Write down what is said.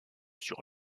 sur